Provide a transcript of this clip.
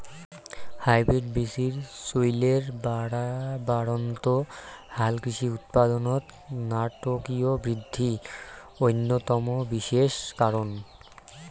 hybrid বীচির চইলের বাড়বাড়ন্ত হালকৃষি উৎপাদনত নাটকীয় বিদ্ধি অইন্যতম বিশেষ কারণ